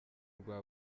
rwa